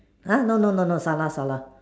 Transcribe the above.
!huh! no no no no salah salah